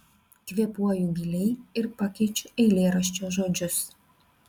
kvėpuoju giliai ir pakeičiu eilėraščio žodžius